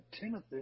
Timothy